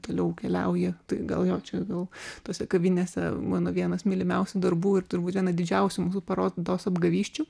toliau keliauji tai gal jo čia gal tose kavinėse mano vienas mylimiausių darbų ir turbūt viena didžiausių mūsų parodos apgavysčių